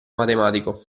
matematico